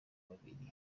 babiri